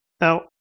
Now